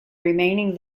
remaining